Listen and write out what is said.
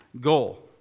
goal